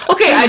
Okay